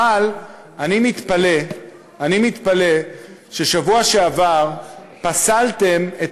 אבל אני מתפלא שבשבוע שעבר פסלתם את